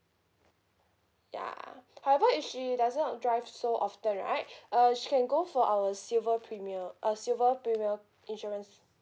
yeah however if she doesn't drive so often right uh she can go for our silver premier uh silver premium insurance